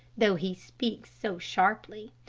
though he speaks so sharply.